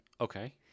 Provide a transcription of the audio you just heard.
Okay